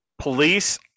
Police